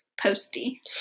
Posty